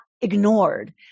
ignored